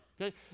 Okay